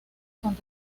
con